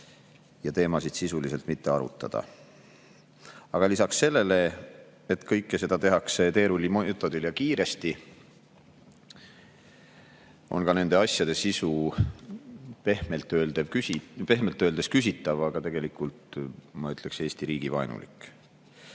ja teemasid sisuliselt mitte arutada. Aga lisaks sellele, et kõike seda tehakse teerulli meetodil ja kiiresti, on ka nende asjade sisu pehmelt öeldes küsitav. Tegelikult ma ütleksin, et Eesti riigi vaenulik.